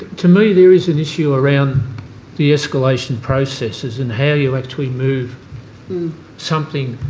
to me, there is an issue around the escalation processes and how you actually move something